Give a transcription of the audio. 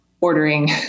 ordering